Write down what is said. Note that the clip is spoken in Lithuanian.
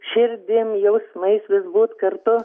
širdim jausmais vis būt kartu